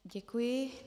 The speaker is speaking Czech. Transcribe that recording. Děkuji.